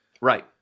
Right